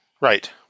Right